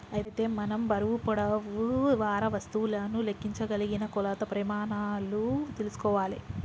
అయితే మనం బరువు పొడవు వారా వస్తువులను లెక్కించగలిగిన కొలత ప్రెమానాలు తెల్సుకోవాలే